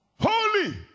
Holy